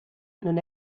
non